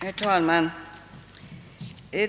Herr talman!